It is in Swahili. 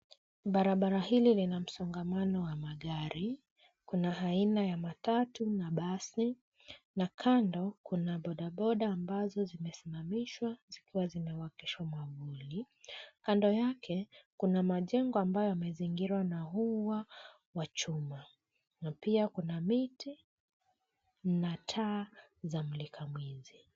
Barabara hili lina msongamano wa magari, kuna aina ya matatu na basi na kando, kuna bodaboda ambazo zimesimamishwa zikiwa zimewakishwa mwavuli. Kando yake kuna majengo ambayo yamezingirwa na ua wa chuma na pia kuna miti na taa za mulika mwizi.